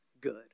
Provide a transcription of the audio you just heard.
good